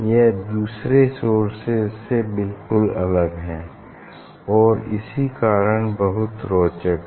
यह दूसरे सोर्सेज से बिलकुल अलग है और इसी कारण बहुत रोचक है